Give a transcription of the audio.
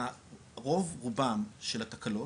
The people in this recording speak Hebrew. רוב רובם של התקלות,